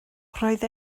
roedd